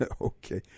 Okay